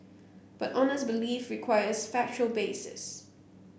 but honest belief requires factual basis